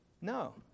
No